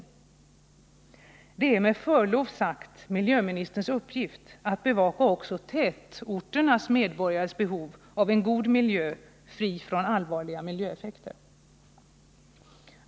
I Det är med förlov sagt miljöministerns uppgift att bevaka också tätorternas medborgares behov av en god miljö, fri från allvarliga hälsoeffekter.